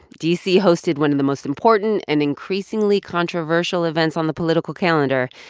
d c. hosted one of the most important and increasingly controversial events on the political calendar,